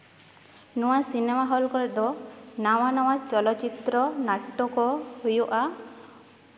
ᱱᱚᱣᱟ ᱥᱤᱱᱮᱢᱟ ᱦᱚᱞ ᱠᱚᱨᱮᱜ ᱫᱚ ᱱᱟᱣᱟ ᱱᱟᱣᱟ ᱪᱚᱞᱚ ᱪᱤᱛᱨᱚ ᱱᱟᱴᱴᱚ ᱠᱚ ᱦᱩᱭᱩᱜᱼᱟ